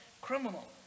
criminal